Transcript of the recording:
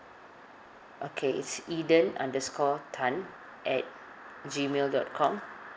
okay it's eden underscore tan at Gmail dot com